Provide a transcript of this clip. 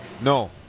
No